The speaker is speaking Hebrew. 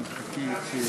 תודה.